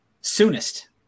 soonest